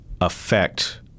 affect